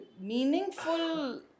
meaningful